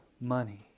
money